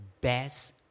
best